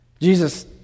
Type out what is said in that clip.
Jesus